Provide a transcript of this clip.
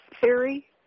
theory